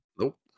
Nope